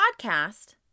podcast